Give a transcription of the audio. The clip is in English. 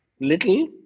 little